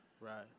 Right